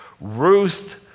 Ruth